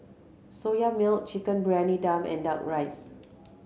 Soya Milk Chicken Briyani Dum and Duck Rice